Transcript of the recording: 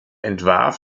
entwarf